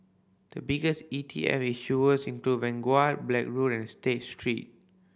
the biggest E T F issuers include Vanguard Blackrock and State Street